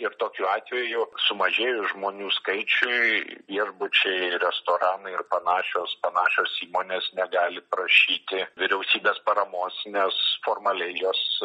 ir tokiu atveju sumažėjus žmonių skaičiui viešbučiai restoranai ir panašios panašios įmonės negali prašyti vyriausybės paramos nes formaliai jos